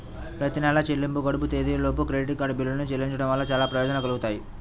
ప్రతి నెలా చెల్లింపు గడువు తేదీలోపు క్రెడిట్ కార్డ్ బిల్లులను చెల్లించడం వలన చాలా ప్రయోజనాలు కలుగుతాయి